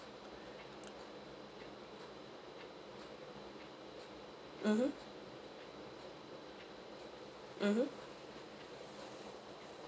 mmhmm mmhmm